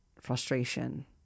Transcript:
frustration